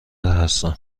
هستم